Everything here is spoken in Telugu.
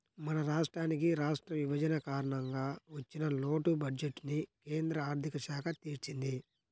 మన రాష్ట్రానికి రాష్ట్ర విభజన కారణంగా వచ్చిన లోటు బడ్జెట్టుని కేంద్ర ఆర్ధిక శాఖ తీర్చింది